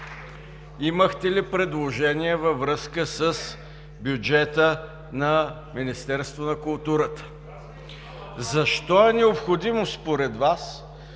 Имахте ли предложения във връзка с бюджета на Министерството на културата? Защо е необходимо, според Вас,